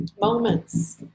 moments